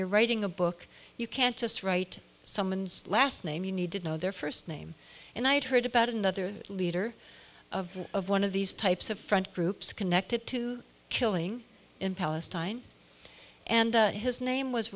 you're writing a book you can't just write someone's last name you need to know their first name and i had heard about another leader of of one of these types of front groups connected to killing in palestine and his name was